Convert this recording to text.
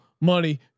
money